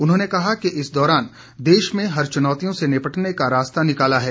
उन्होंने कहा कि इस दौरान देश में हर चुनौतियों से निपटने का रास्ता निकाला है